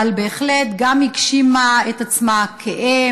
אבל בהחלט גם הגשימה את עצמה כאם,